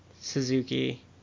Suzuki